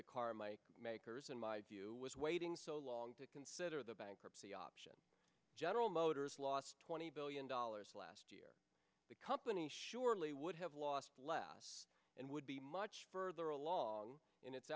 the carmike makers in my view was waiting so long to consider the bankruptcy option general motors lost twenty billion dollars last year the company surely would have lost less and would be much further along in it